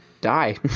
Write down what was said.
die